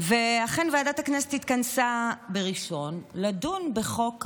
ואכן ועדת הכנסת התכנסה בראשון כדי לדון בחוק המתנות.